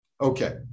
Okay